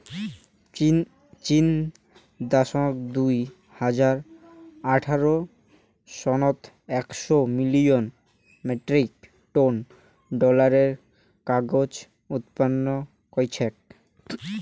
চীন দ্যাশত দুই হাজার আঠারো সনত একশ মিলিয়ন মেট্রিক টন ডলারের কাগজ উৎপাদন কইচ্চে